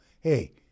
Hey